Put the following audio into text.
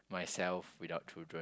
myself without children